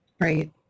Right